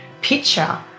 picture